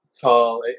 Tall